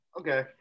Okay